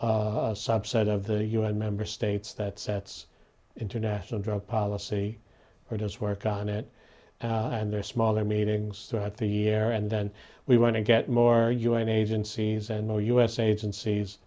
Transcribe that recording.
a subset of the u n member states that sets international drug policy or does work on it and they're small their meetings throughout the year and then we want to get more u n agencies and the u s agencies